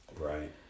Right